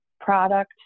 product